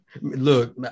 Look